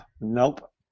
Nope